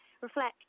reflect